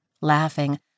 Laughing